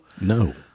No